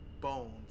bones